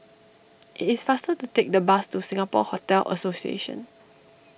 it is faster to take the bus to Singapore Hotel Association